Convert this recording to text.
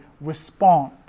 respond